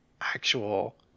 actual